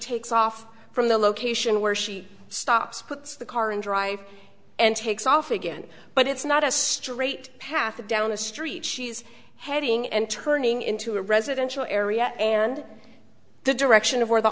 takes off from the location where she stops puts the car in drive and takes off again but it's not a straight path down the street she's heading and turning into a residential area and the direction of where the